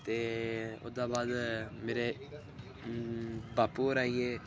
ते ओह्दे बाद मेरे बापू होर आई गे